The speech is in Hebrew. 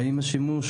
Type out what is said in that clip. האם השימוש